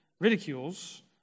ridicules